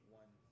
one